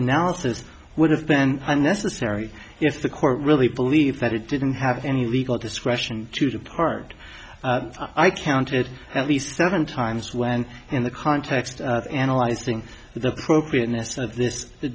analysis would have been unnecessary if the court really believed that it didn't have any legal discretion to depart i counted at least seven times when in the context of analyzing the appropriateness of this